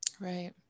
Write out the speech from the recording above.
right